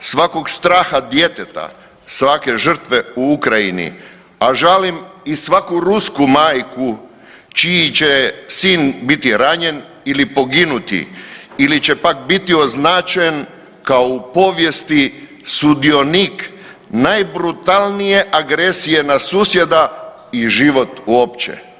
svakog straha djeteta, svake žrtve u Ukrajini, a žalim i svaku rusku majku čiji će sin biti ranjen ili poginuti ili će pak biti označen kao u povijesti sudionik najbrutalnije agresije na susjeda i život uopće.